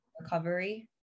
recovery